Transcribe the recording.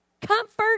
comfort